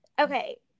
Okay